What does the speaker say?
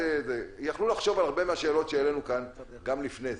יכלו לחשוב על הרבה מההשאלות שהעלינו כאן גם לפני זה,